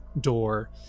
door